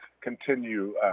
continue